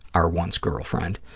our once-girlfriend,